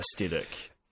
aesthetic